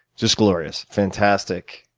just glorious, fantastic,